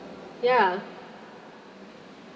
ya